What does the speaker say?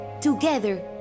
Together